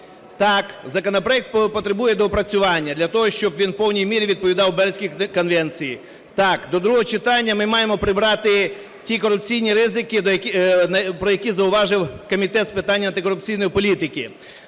Так, законопроект потребує доопрацювання для того, щоб він в повній мірі відповідав Бернській конвенції. Так, до другого читання ми маємо прибрати ті корупційні ризики, про які зауважив Комітет з питань антикорупційної політики.